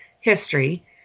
history